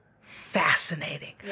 fascinating